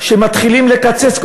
כשמתחילים לקצץ,